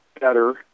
better